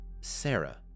Sarah